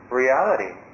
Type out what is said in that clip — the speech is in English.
reality